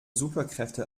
superkräfte